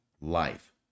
life